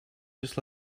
just